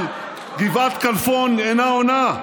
אבל גבעת כלפון אינה עונה.